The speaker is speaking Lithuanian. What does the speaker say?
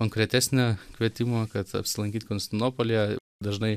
konkretesnio kvietimo kad apsilankyt konstinopolyje dažnai